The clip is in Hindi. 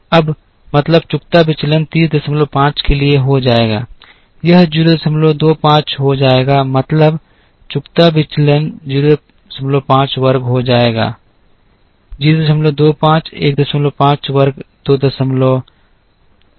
अब मतलब चुकता विचलन 305 के लिए हो जाएगा यह 025 हो जाएगा मतलब चुकता विचलन 05 वर्ग हो जाएगा 025 15 वर्ग 225 31 है